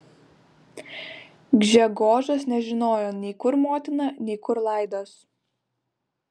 gžegožas nežinojo nei kur motina nei kur laidos